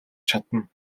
чадна